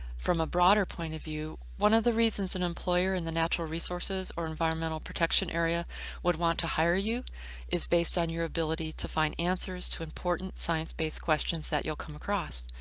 from a broader point of view, one of the reasons an employer in the natural resources or environmental protection areas would want to hire you is based on your ability to find answers to important science-based questions that you'll come across.